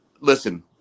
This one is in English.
listen